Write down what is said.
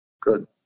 Good